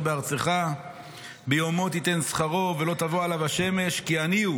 בארצך --- ביומו תיתן שכרו ולא תבוא עליו השמש כי עני הוא